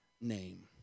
name